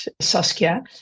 Saskia